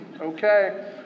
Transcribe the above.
Okay